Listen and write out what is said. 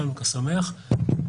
חנוכה שמח.